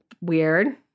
weird